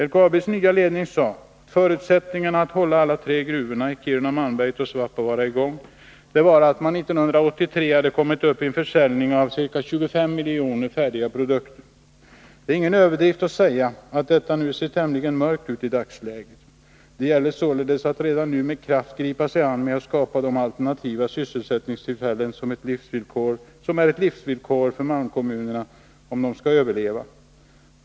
LKAB:s nya ledning sade att förutsättningarna att hålla alla tre gruvorna i Kiruna, Malmberget och Svappavaara i drift var att man 1983 hade kommit upp i en försäljning av ca 25 miljoner ton färdigprodukter. Det är ingen överdrift att säga att det ser tämligen mörkt ut i dagsläget. Det gäller således att redan nu med kraft gripa sig an med att skapa de alternativa sysselsättningstillfällen som är ett livsvillkor för att malmkommunerna skall överleva.